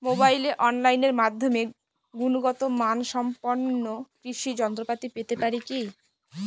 মোবাইলে অনলাইনের মাধ্যমে গুণগত মানসম্পন্ন কৃষি যন্ত্রপাতি পেতে পারি কি?